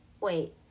Wait